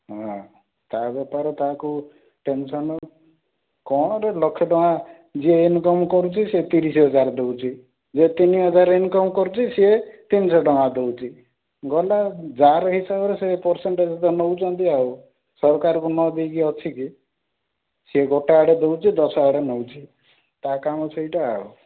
ହଁ ତା' ବେପାର ତାହାକୁ ଟେନସନ୍ କ'ଣରେ ଲକ୍ଷେ ଟଙ୍କା ଯିଏ ଇନକମ୍ କରୁଛି ତିରିଶ ହଜାର ଦେଉଛି ଯିଏ ତିନି ହଜାର ଇନକମ୍ କରୁଛି ସିଏ ତିନଶହ ଟଙ୍କା ଦେଉଛି ଗଲା ଯାର ହିସାବରେ ସେ ପରସେଣ୍ଟେଜ୍ ତ ନେଉଛନ୍ତି ଆଉ ସରକାରକୁ ନ ଦେଇକି ଅଛି କି ସିଏ ଗୋଟେ ଆଡ଼େ ଦେଉଛି ଦଶ ଆଡ଼େ ନେଉଛି ତା' କାମ ସେଇଟା